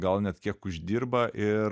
gal net kiek uždirba ir